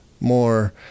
more